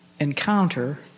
encounter